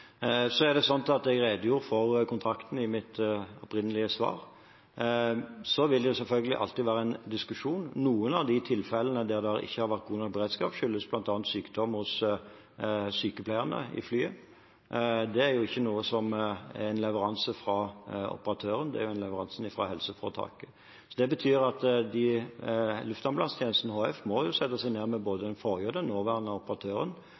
Jeg redegjorde for kontrakten i mitt opprinnelige svar. Det vil selvfølgelig alltid være en diskusjon. Noen av de tilfellene der det ikke har vært god nok beredskap, skyldes bl.a. sykdom hos sykepleierne i flyet. Det er ikke en leveranse fra operatøren, det er en leveranse fra helseforetaket. Det betyr at Luftambulansetjenesten HF må sette seg ned med både den foregående og den nåværende operatøren